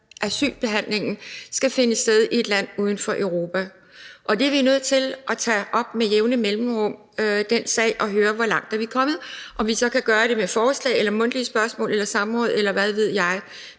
at asylbehandlingen skal finde sted i et land uden for Europa. Den sag er vi nødt til at tage op med jævne mellemrum for at høre, hvor langt man er kommet. Om vi så skal gøre det med forslag eller mundtlige spørgsmål eller samråd, eller hvad ved jeg,